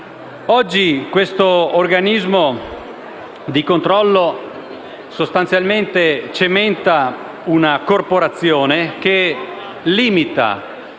Oggi questo organismo di controllo sostanzialmente cementa una corporazione che limita